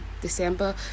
December